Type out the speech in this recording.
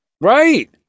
Right